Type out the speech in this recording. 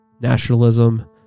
nationalism